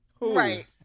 Right